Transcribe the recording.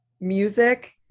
music